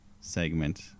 segment